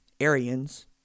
Aryans